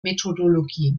methodologie